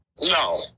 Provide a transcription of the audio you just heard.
No